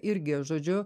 irgi žodžiu